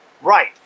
Right